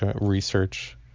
research